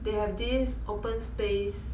they have this open space